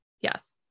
Yes